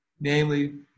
Namely